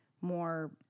more